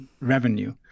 revenue